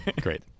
Great